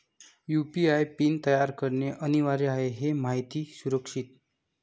UPI PIN तयार करणे अनिवार्य आहे हे माहिती सुरक्षित